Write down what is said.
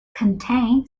contain